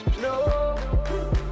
no